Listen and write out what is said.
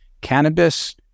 cannabis